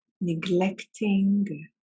neglecting